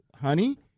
Honey